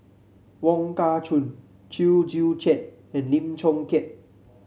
Wong Kah Chun Chew Joo Chiat and Lim Chong Keat